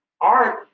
Art